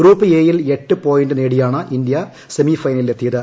വ്യാപ്പ് A യിൽ എട്ട് point നേടിയാണ് ഇന്ത്യ സെമി ഫൈനലിൽ എത്തിയത്